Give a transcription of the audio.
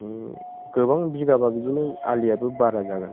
माने गोबां बिगाबा बिदिनो आलिआबो बारा जागोन